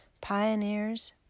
pioneers